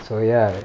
so ya